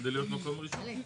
כדי להיות במקום הראשון.